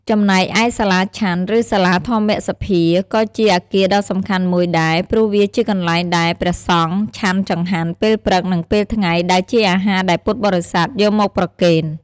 ចំណែកឯ សាលាឆាន់ ឬសាលាធម្មសភា ក៏ជាអគារដល់សំខាន់មួយដែរ ព្រោះវាជាកន្លែងដែល ព្រះសង្ឃឆាន់ចង្ហាន់ ពេលព្រឹក និងពេលថ្ងៃ ដែលជាអាហារដែលពុទ្ធបរិស័ទយកមកប្រគេន។